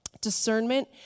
Discernment